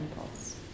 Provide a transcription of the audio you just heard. impulse